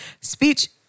speech